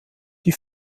die